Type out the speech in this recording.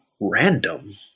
random